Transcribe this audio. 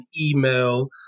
email